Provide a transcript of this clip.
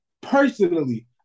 Personally